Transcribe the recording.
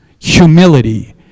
humility